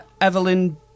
evelyn